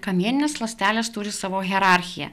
kamieninės ląstelės turi savo hierarchiją